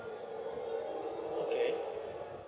okay